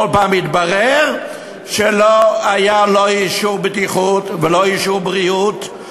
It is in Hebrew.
כל פעם התברר שלא היה לו אישור בטיחות ולא אישור בריאות,